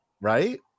right